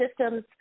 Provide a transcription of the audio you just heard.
systems